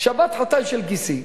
שבת-חתן של גיסי.